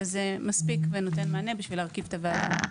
וזה מספיק ונותן מענה בשביל להרכיב את הוועדה.